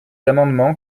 amendement